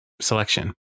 selection